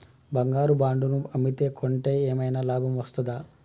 బంగారు బాండు ను అమ్మితే కొంటే ఏమైనా లాభం వస్తదా?